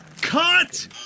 Cut